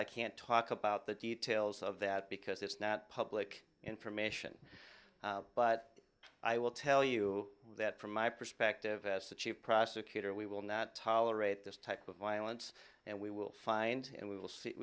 i can't talk about the details of that because it's not public information but i will tell you that from my perspective as the chief prosecutor we will not tolerate this type of violence and we will find and we will s